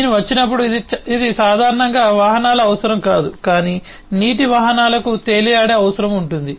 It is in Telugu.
నేను వచ్చినప్పుడు ఇది సాధారణంగా వాహనాల అవసరం కాదు కాని నీటి వాహనాలకు తేలియాడే అవసరం ఉంటుంది